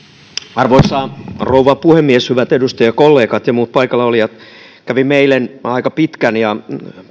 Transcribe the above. arvoisa rouva puhemies hyvät edustajakollegat ja muut paikalla olijat kävimme eilen aika pitkän ja